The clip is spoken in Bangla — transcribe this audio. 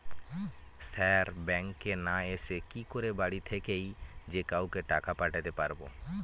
স্যার ব্যাঙ্কে না এসে কি করে বাড়ি থেকেই যে কাউকে টাকা পাঠাতে পারবো?